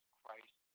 Christ